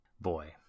Boy